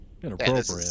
Inappropriate